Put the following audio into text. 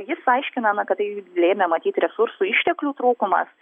jis aiškina na kad tai lėmė matyt resursų išteklių trūkumas